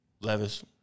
Levis